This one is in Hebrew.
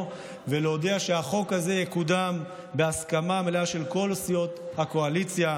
ולהודיע שהחוק הזה יקודם בהסכמה מלאה של כל סיעות הקואליציה.